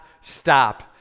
stop